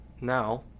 Now